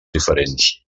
diferents